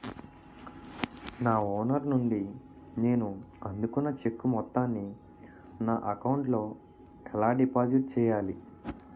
నా ఓనర్ నుండి నేను అందుకున్న చెక్కు మొత్తాన్ని నా అకౌంట్ లోఎలా డిపాజిట్ చేయాలి?